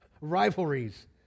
Rivalries